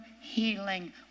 healing